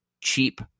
cheap